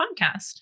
podcast